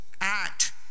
act